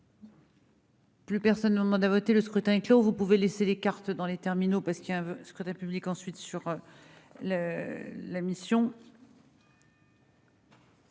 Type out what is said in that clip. Plus personne ne demande à voter Le scrutin clos vous pouvez laisser les cartes dans les terminaux parce qu'il y a un scrutin public ensuite sur le la mission.